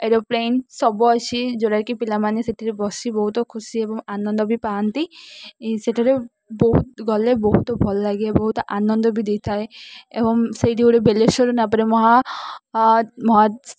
aeroplane ସବୁ ଅଛି ଯେଉଁଟାକି ପିଲାମାନେ ସେଥିରେ ବସି ବହୁତ ଖୁସି ଏବଂ ଆନନ୍ଦ ବି ପାଆନ୍ତି ସେଠାରେ ବହୁତ ଗଲେ ବହୁତ ଭଲ ଲାଗେ ବହୁତ ଆନନ୍ଦ ବି ଦେଇଥାଏ ଏବଂ ସେଇଠି ଗୋଟେ ବେଲେଶ୍ୱର ନପରେ ମହା ମହା